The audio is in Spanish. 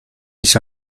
mis